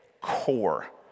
core